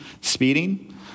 speeding